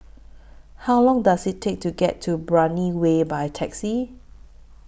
How Long Does IT Take to get to Brani Way By Taxi